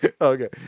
Okay